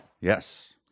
Yes